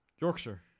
Yorkshire